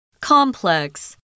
Complex